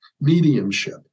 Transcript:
mediumship